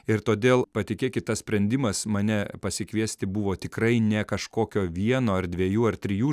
ir todėl patikėkit tas sprendimas mane pasikviesti buvo tikrai ne kažkokio vieno ar dviejų ar trijų